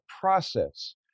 process